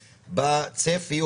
בצפי,